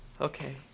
Okay